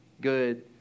good